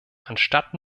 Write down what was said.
anstatt